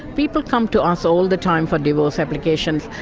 people come to us all the time for divorce applications,